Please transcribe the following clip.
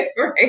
Right